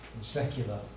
secular